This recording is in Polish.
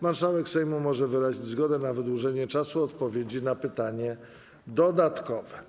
Marszałek Sejmu może wyrazić zgodę na wydłużenie czasu odpowiedzi na pytanie dodatkowe.